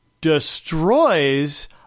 destroys